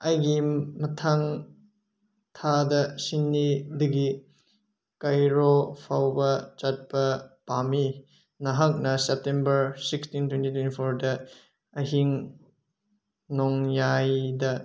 ꯑꯩꯒꯤ ꯃꯊꯪ ꯊꯥꯗ ꯁꯤꯗꯅꯤꯗꯒꯤ ꯀꯥꯏꯔꯣ ꯐꯥꯎꯕ ꯆꯠꯄ ꯄꯥꯝꯃꯤ ꯅꯍꯥꯛꯅ ꯁꯦꯞꯇꯦꯝꯕꯔ ꯁꯤꯛꯁꯇꯤꯟ ꯇ꯭ꯋꯦꯟꯇꯤ ꯇ꯭ꯋꯦꯟꯇꯤ ꯐꯣꯔꯗ ꯑꯍꯤꯡ ꯅꯣꯡꯌꯥꯏꯗ